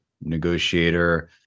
negotiator